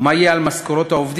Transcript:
ומה יהיה על משכורות העובדים,